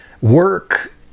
work